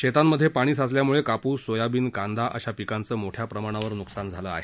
शेतांमध्ये पाणी साचल्यानं कापूस सोयाबीन कांदा अशा पिकांचे मोठ्या प्रमाणावर नुकसान झालं आहे